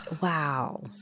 Wow